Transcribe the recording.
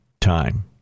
time